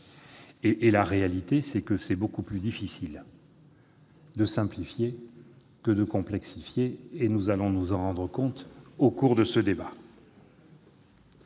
En réalité, il est beaucoup plus difficile de simplifier que de complexifier, et nous allons nous en rendre compte au cours de ce débat.